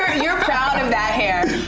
you're proud of that hair.